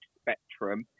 spectrum